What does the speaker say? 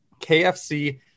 KFC